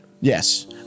Yes